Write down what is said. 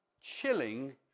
chilling